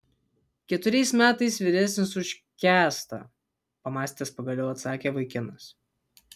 keturiais metais vyresnis už kęstą pamąstęs pagaliau atsakė vaikinas